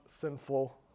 sinful